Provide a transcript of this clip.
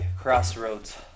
Crossroads